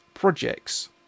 projects